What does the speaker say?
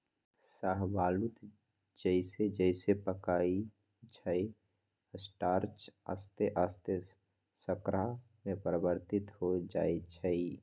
शाहबलूत जइसे जइसे पकइ छइ स्टार्च आश्ते आस्ते शर्करा में परिवर्तित हो जाइ छइ